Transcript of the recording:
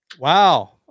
Wow